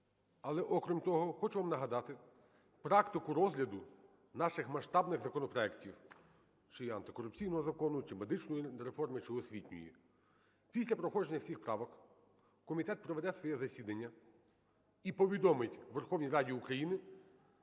Але, окрім того, хочу вам нагадати практику розгляду наших масштабних законопроектів: чи антикорупційного закону, чи медичної реформи, чи освітньої. Після проходження всіх правок комітет проведе своє засідання і повідомить Верховній Раді України,